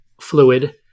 fluid